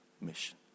mission